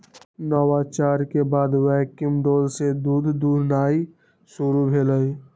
नवाचार के बाद वैक्यूम डोल से दूध दुहनाई शुरु भेलइ